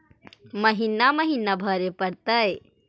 महिना महिना भरे परतैय?